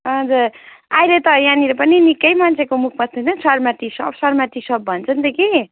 हजुर अहिले त यहाँनिर पनि निक्कै मान्छेको मुखमा सुन्छ Sharma tea shop Sharma tea shop भन्छ नि त कि